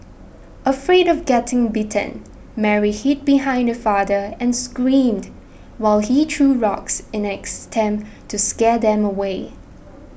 afraid of getting bitten Mary hid behind her father and screamed while he threw rocks in extent to scare them away